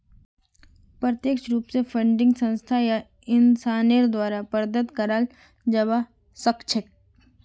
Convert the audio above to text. प्रत्यक्ष रूप स फंडिंगक संस्था या इंसानेर द्वारे प्रदत्त कराल जबा सख छेक